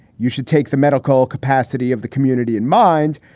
you should take the medical capacity of the community in mind.